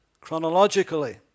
chronologically